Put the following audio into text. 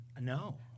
no